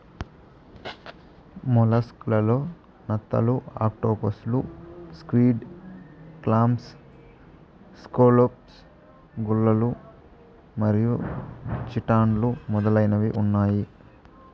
mollusc లలో నత్తలు, ఆక్టోపస్లు, స్క్విడ్, క్లామ్స్, స్కాలోప్స్, గుల్లలు మరియు చిటాన్లు మొదలైనవి ఉన్నాయి